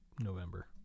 November